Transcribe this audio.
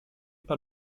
par